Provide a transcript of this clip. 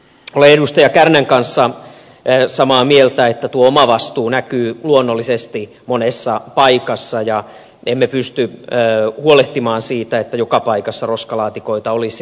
olen edustaja kärnän kanssa samaa mieltä että tuo omavastuu näkyy luonnollisesti monessa paikassa ja emme pysty huolehtimaan siitä että joka paikassa roskalaatikoita olisi